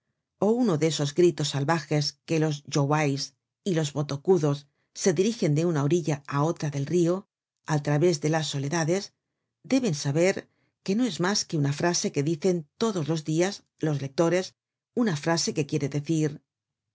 ó uno de esos gritos salvajes que los yoways y los botocudos se dirigen de una orilla á otra del rio al través de las soledades deben saber que no es mas que una frase que dicen todos los dias los lectores una frase que quiere decir